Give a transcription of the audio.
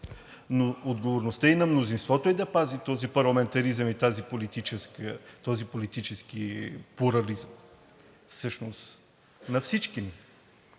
но отговорността е и на мнозинството да пази този парламентаризъм и този политически плурализъм всъщност е на всички ни.